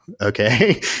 okay